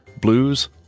blues